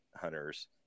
hunters